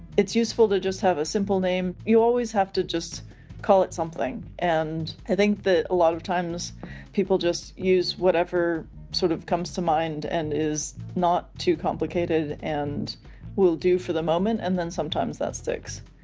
it's useful to just have a simple name. you always have to just call it something. and i think that a lot of times people just use whatever sort of comes to mind and is not too complicated and will do for the moment, and then sometimes that sticks.